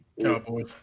Cowboys